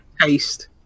taste